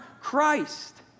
Christ